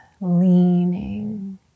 leaning